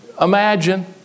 imagine